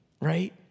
Right